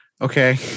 okay